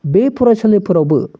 बे फरायसालिफोरावबो